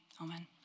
Amen